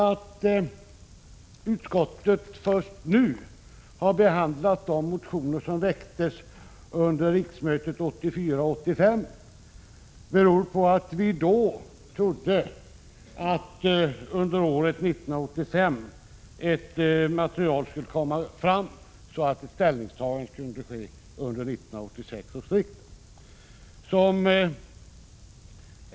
Att utskottet först nu har behandlat de motioner som väcktes under riksmötet 1984/85 beror på att vi då trodde att ett material skulle komma fram under 1985, så att ett ställningstagande kunde ske vid 1986 års riksdag.